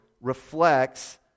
reflects